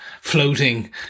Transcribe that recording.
floating